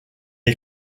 est